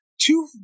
Two